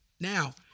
Now